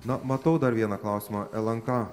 na matau dar vieną klausimą lnk